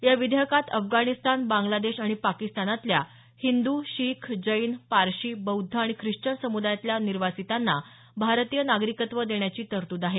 या विधेयकात अफगाणिस्तान बांगलादेश आणि पाकिस्तानातल्या हिंदू शीख जैन पारशी बौद्ध आणि ख्रिश्चन समुदायातल्या निर्वासितांना भारतीय नागरिकत्व देण्याची तरतूद आहे